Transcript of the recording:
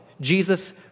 Jesus